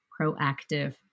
proactive